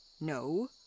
No